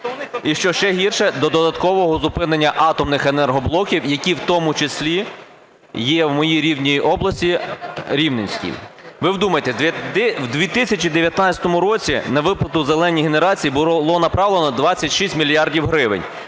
І що ще гірше, до додаткового зупинення атомних енергоблоків, які в тому числі є в моїй рідній області Рівненській. Ви вдумайтеся, у 2019 році на виплату "зеленій" генерації було направлено 26 мільярдів гривень.